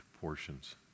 portions